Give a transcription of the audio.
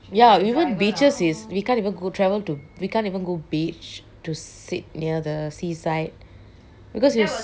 ya even beaches is we can't even go travel to we can't even go beach to sit near the seaside because it's